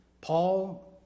Paul